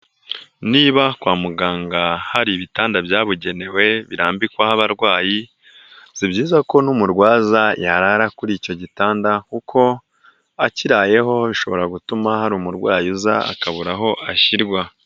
Niba kwa muganga hari ibitanda byabugenewe birambikwaho abarwayi si byiza ko n'umurwaza yarara kuri icyo gitanda kuko akirayeho bishobora gutuma hari umurwayi uza akabura aho ashyirwa.